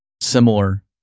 similar